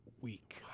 week